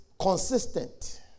consistent